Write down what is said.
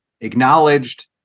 acknowledged